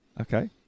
Okay